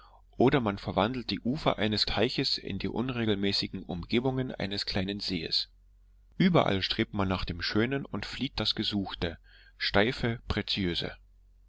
oder man verwandelt die ufer eines teichs in die unregelmäßigen umgebungen eines kleinen sees überall strebt man nach dem schönen und flieht das gesuchte steife pretiöse